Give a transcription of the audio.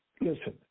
listen